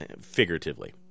figuratively